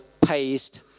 paste